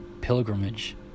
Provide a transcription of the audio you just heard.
pilgrimage